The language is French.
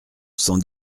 cent